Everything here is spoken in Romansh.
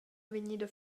vegnida